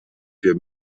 für